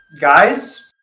guys